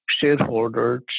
shareholders